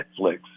Netflix